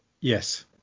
Yes